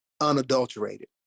unadulterated